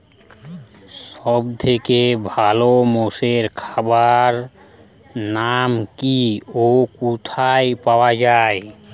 সব থেকে ভালো মোষের খাবার নাম কি ও কোথায় পাওয়া যায়?